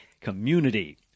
Community